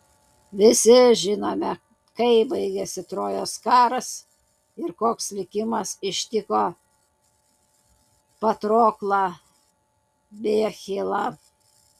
visi žinome kaip baigėsi trojos karas ir koks likimas ištiko patroklą bei achilą